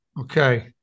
Okay